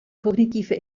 kognitive